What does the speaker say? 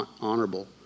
honorable